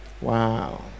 wow